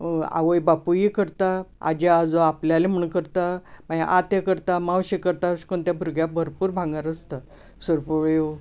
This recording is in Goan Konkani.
आवय बापुयूय करता आजी आजो आपल्यालें म्हूण करता मागीर आतें करता मावशी करता अशें करून ते भुरग्याक भरपूर भांगर आसता सरपळ्यो